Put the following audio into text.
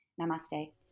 Namaste